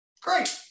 great